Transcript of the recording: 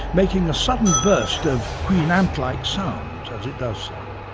making a sudden burst of queen ant-like sounds as it does so.